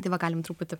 tai va galim truputį